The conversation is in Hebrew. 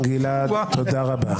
תודה רבה.